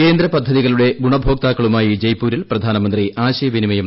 കേന്ദ്ര പദ്ധതികളുടെ ഗ്മൂണഭോക്താക്കളുമായി ജയ്പൂരിൽ പ്രധാനമന്ത്രി ് ആശയവിനിമയം നടത്തി